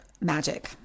magic